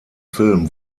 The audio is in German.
film